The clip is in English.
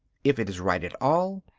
if it is right at all,